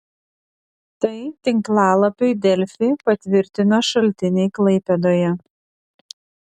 tai tinklalapiui delfi patvirtino šaltiniai klaipėdoje